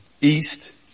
East